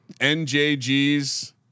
NJGs